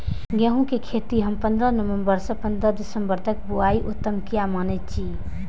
गेहूं के खेती हम पंद्रह नवम्बर से पंद्रह दिसम्बर तक बुआई उत्तम किया माने जी?